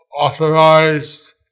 authorized